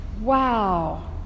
Wow